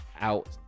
out